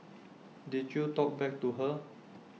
did you talk back to her